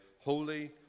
Holy